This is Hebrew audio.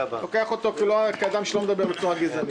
אותו לגזעני.